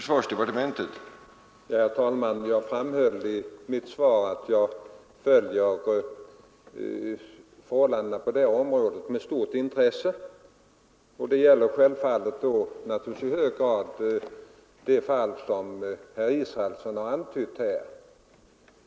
Herr talman! Jag framhöll i mitt svar att jag följer förhållandena på detta område med stort intresse, och det gäller självfallet i hög grad också det fall som herr Israelsson nämnt.